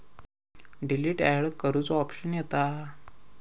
delete आणि अँड करुचो ऑप्शन येता